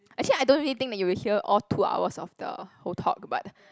actually I don't really think that you will hear all two hours of the whole talk but